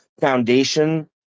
foundation